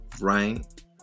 right